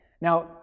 now